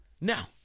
Now